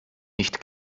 nicht